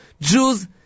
Jews